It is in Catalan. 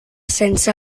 sense